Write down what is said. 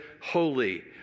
holy